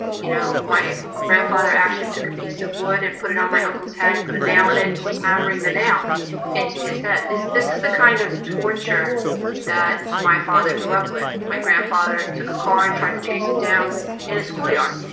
you know my grandfather actually took a piece of wood and put it on my uncle's head put a nail in it and was hammering the nail into his head is this is the kind of torture that my father grew up with my grandfather took a car and tried to chase him down in a schoolyard